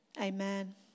amen